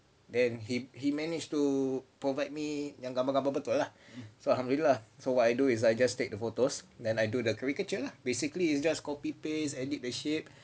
and he he managed to provide me yang gambar-gambar betul lah so alhamdullilah so what I do is I just take the photos then I do the caricature lah basically it's just copy paste edit the shape